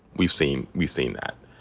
we've seen we've seen that.